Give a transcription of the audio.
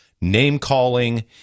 name-calling